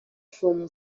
from